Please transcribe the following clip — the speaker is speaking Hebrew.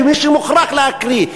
כמי שמוכרח להקריא,